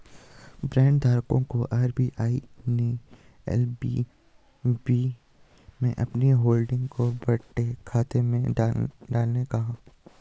bond धारकों को RBI ने एल.वी.बी में अपनी होल्डिंग को बट्टे खाते में डालने कहा